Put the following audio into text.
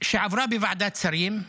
שעברה בוועדת שרים,